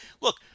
Look